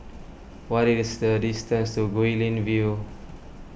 what is the distance to Guilin View